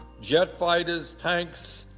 jet fighters, tanks,